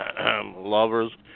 Lovers